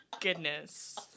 goodness